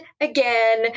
again